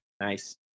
Nice